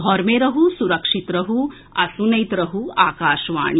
घर मे रहू सुरक्षित रहू आ सुनैत रहू आकाशवाणी